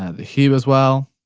ah the hue as well.